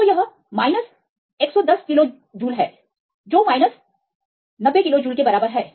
तो यह माइनस सौ प्लस दस किलो जूल है जो माइनस 90 किलो जूल के बराबर है